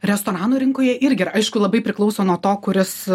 restoranų rinkoje irgi aišku labai priklauso nuo to kuris